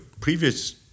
previous